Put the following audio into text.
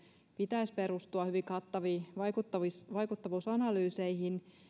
pitäisi perustua hyvin kattaviin vaikuttavuusanalyyseihin